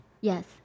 Yes